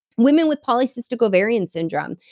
women with polycystic ovarian syndrome,